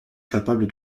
capable